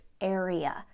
area